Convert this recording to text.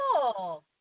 cool